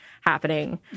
happening